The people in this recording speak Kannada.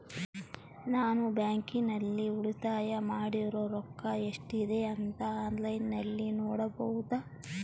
ನಾನು ಬ್ಯಾಂಕಿನಲ್ಲಿ ಉಳಿತಾಯ ಮಾಡಿರೋ ರೊಕ್ಕ ಎಷ್ಟಿದೆ ಅಂತಾ ಆನ್ಲೈನಿನಲ್ಲಿ ನೋಡಬಹುದಾ?